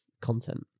content